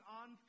on